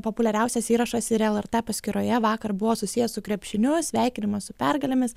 populiariausias įrašas ir lrt paskyroje vakar buvo susijęs su krepšiniu sveikinimo su pergalėmis